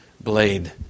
blade